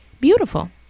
beautiful